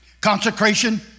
consecration